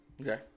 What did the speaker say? Okay